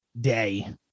day